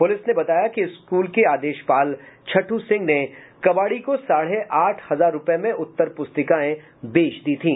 police ने बताया कि स्कूल के आदेशपाल छठ् सिंह ने कबाड़ी को साढ़े आठ हजार रूपये में उत्तर प्रस्तिकाएं बेच दी थी